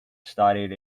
studied